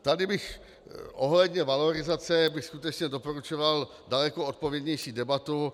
Tady bych ohledně valorizace skutečně doporučoval daleko odpovědnější debatu.